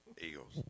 Eagles